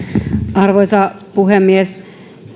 arvoisa puhemies